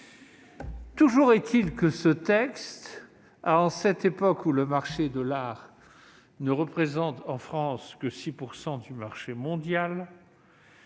l'en remercie ! Ce texte, en cette époque où le marché de l'art ne représente en France que 6 % du marché mondial,